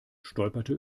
stolperte